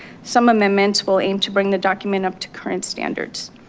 some amendments will aim to bring the document up to current standards.